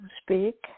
Speak